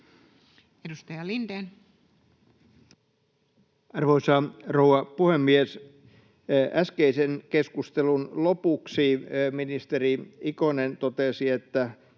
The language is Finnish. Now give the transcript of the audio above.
Edustaja Lindén. Arvoisa rouva puhemies! Äskeisen keskustelun lopuksi ministeri Ikonen totesi